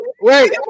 wait